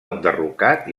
enderrocat